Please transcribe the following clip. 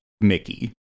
Mickey